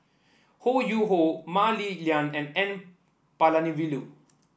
Ho Yuen Hoe Mah Li Lian and N Palanivelu